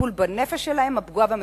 טיפול בנפש שלהם, הפגועה והמצולקת.